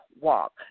walk